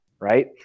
right